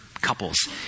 couples